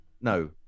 no